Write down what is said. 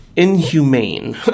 Inhumane